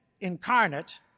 incarnate